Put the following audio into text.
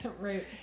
right